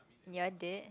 you'll did